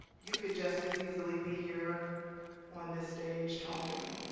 you could just as easily be here on this stage talking,